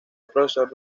profesor